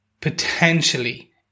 potentially